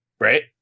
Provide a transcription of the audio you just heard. Right